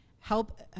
help